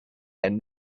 and